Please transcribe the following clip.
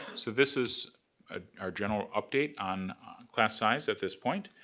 so this is ah our general update on class size, at this point.